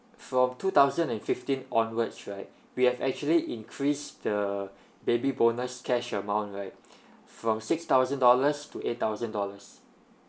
from two thousand and fifteen onwards right we have actually increased the baby bonus cash amount right from six thousand dollars to eight thousand dollars